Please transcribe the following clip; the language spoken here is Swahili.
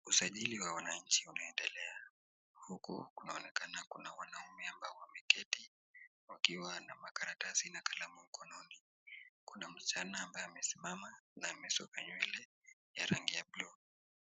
Usajili wa wananchi unaendelea huku kunaonekana kuna wanaume wameketi wakiwa na makaratasi na kalamu mkononi, kuna msichana ambaye amesimama na ameshuka nywele ya rangi ya bulu.